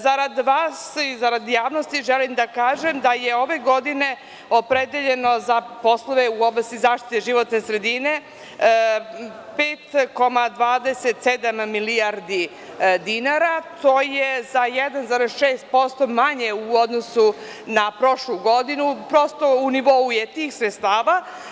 Zarad vas i zarad javnosti, želim da kažem da je ove godine opredeljeno za poslove u oblasti zaštite životne sredine 5,27 milijardi dinara, to je za 1,6% manje u odnosu na prošlu godinu, prosto, u nivou je tih sredstava.